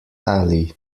ali